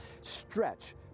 Stretch